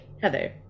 Heather